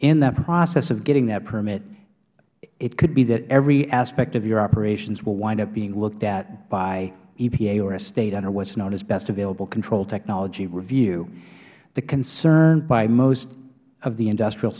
in that process of getting that permit it could be that every aspect of your operations will wind up being looked at by epa or a state under what is known as best available control technology review the concern by most of the industrial